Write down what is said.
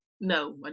no